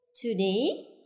today